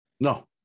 No